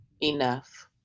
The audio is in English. enough